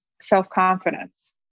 self-confidence